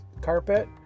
carpet